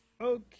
Okay